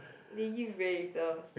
they give very little s~